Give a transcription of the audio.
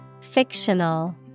Fictional